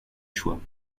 choix